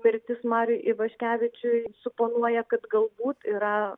mirtis mariui ivaškevičiui suponuoja kad galbūt yra